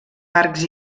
arcs